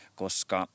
koska